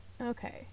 okay